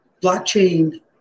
blockchain